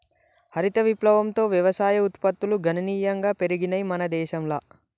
హరిత విప్లవంతో వ్యవసాయ ఉత్పత్తులు గణనీయంగా పెరిగినయ్ మన దేశంల